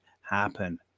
happen